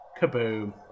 kaboom